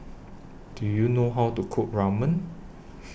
Do YOU know How to Cook Ramen